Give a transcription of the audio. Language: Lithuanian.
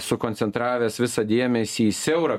sukoncentravęs visą dėmesį į siaurą